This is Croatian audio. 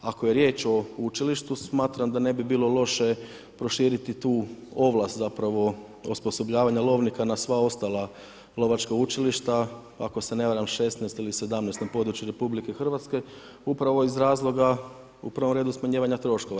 Ako je riječ o učilištu smatram da ne bi bilo loše proširiti tu ovlast, zapravo, osposobljavanje lovnika na sva ostala lovačka učilišta, ako se ne varam 16 ili 17 na području RH, upravo iz razloga u prvom redu smanjivanja troškova.